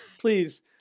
Please